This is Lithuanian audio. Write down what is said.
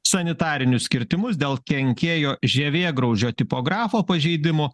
sanitarinius kirtimus dėl kenkėjo žievėgraužio tipografo pažeidimų